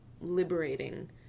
liberating